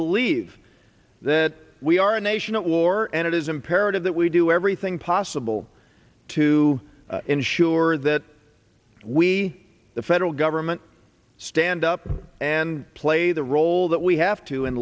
believe that we are a nation at war and it is imperative that we do everything possible to ensure that we the federal government stand up and play the role that we have to